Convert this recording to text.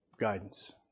guidance